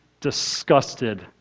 disgusted